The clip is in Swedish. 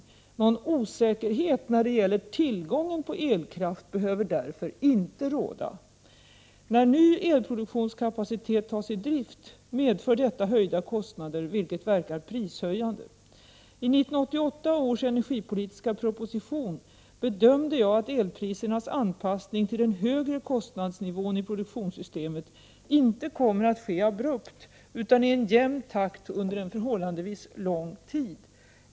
Någon osäkerhet när det gäller tillgången på elkraft behöver därför inte råda. När ny elproduktionskapacitet tas i drift medför detta höjda kostnader, vilket verkar prishöjande. I 1988 års energipolitiska proposition bedömde jag att elprisernas anpassning till den högre kostnadsnivån i produktionssystemet inte kommer att ske abrupt utan i en jämn takt under en förhållandevis lång tid.